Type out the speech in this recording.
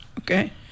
Okay